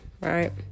right